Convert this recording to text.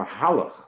mahalach